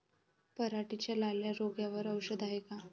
पराटीच्या लाल्या रोगावर औषध हाये का?